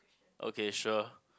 okay sure